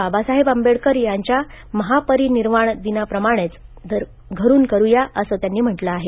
बाबासाहेब आंबेडकर यांच्या महापरिनिर्वाण दिनाप्रमाणेच घरून करूया असं त्यांनी म्हटलं आहे